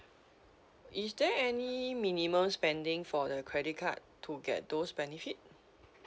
is there any minimum spending for the credit card to get those benefit